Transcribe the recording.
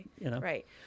Right